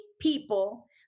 people